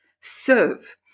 Serve